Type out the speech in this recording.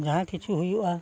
ᱡᱟᱦᱟᱸ ᱠᱤᱪᱷᱩ ᱦᱩᱭᱩᱜᱼᱟ